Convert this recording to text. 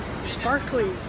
sparkly